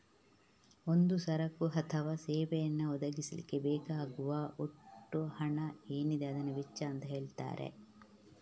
ಒಂದು ಸರಕು ಅಥವಾ ಸೇವೆಯನ್ನ ಒದಗಿಸ್ಲಿಕ್ಕೆ ಬೇಕಾಗುವ ಒಟ್ಟು ಹಣ ಏನಿದೆ ಅದನ್ನ ವೆಚ್ಚ ಅಂತ ಹೇಳ್ತಾರೆ